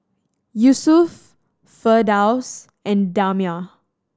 Yusuf Firdaus and Damia